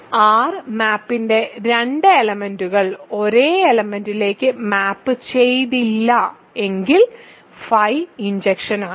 R മാപ്പിന്റെ രണ്ട് എലെമെന്റുകൾ ഒരേ എലെമെന്റിലേക്ക് മാപ് ചെയ്തില്ല എങ്കിൽ φ ഇൻജക്ഷൻ ആണ്